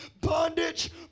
bondage